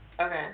Okay